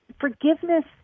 Forgiveness